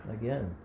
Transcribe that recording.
again